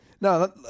No